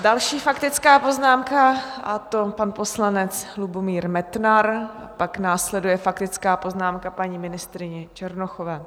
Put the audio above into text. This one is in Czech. Další faktická poznámka, a to pan poslanec Lubomír Metnar, pak následuje faktická poznámka paní ministryně Černochové.